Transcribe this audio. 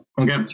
Okay